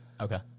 Okay